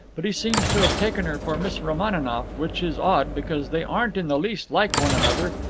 but he seems to have taken her for miss romaninov, which is odd, because they aren't in the least like one another,